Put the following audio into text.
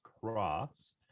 cross